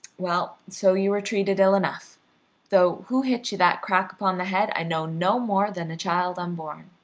well, so you were treated ill enough though who hit you that crack upon the head i know no more than a child unborn.